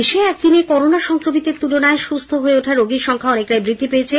দেশে একদিনে করোনা সংক্রমিতের তুলনায় সুস্থ হয়ে ওঠা রোগীর সংখ্যা অনেকটাই বৃদ্ধি পেয়েছে